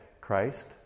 Christ